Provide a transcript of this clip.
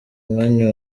mwanya